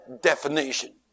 definition